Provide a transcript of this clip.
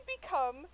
become